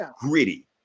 gritty